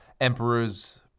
emperors